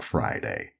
Friday